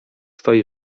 stoi